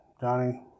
Johnny